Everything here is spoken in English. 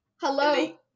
Hello